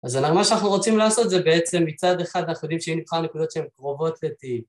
אז מה שאנחנו רוצים לעשות זה בעצם מצד אחד אנחנו יודעים שאם נבחר נקודות שהן קרובות ל-T